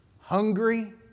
hungry